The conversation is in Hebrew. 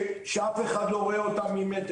שאף אחד לא רואה אותה ממטר,